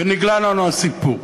ונִגלה לנו הסיפור,